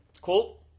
Cool